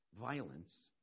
violence